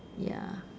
ya